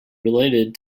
related